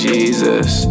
Jesus